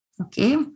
Okay